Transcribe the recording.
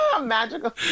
Magical